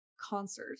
concert